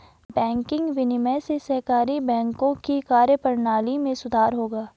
banking विनियमन से सहकारी बैंकों की कार्यप्रणाली में सुधार होगा